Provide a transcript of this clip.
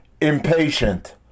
impatient